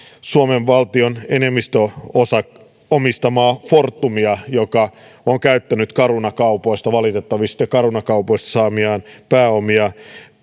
suomen valtion enemmistöosuudella omistamaa fortumia niin se on käyttänyt caruna kaupoista valitettavista caruna kaupoista saamiaan pääomia